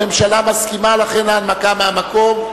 הממשלה מסכימה, לכן ההנמקה מהמקום.